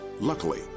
Luckily